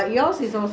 quarters